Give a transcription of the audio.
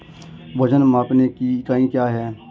वजन मापने की इकाई क्या है?